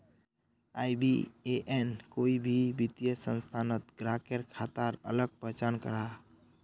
IBAN कोई भी वित्तिय संस्थानोत ग्राह्केर खाताक अलग पहचान कराहा